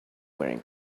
wearing